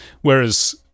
Whereas